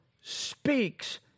speaks